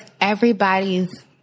everybody's